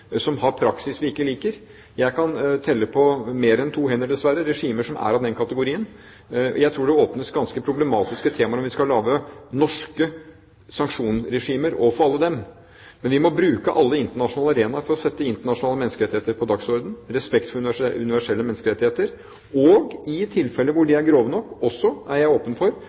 praksis vi ikke liker. Jeg kan telle på mer enn to hender, dessverre, regimer som er av den kategorien. Jeg tror det åpnes for ganske problematiske temaer om vi skal lage norske sanksjonsregimer overfor alle dem. Men vi må bruke alle internasjonale arenaer for å sette internasjonale menneskerettigheter på dagsordenen, respekt for universelle menneskerettigheter, og i de tilfeller hvor bruddene er grove nok, er jeg også åpen for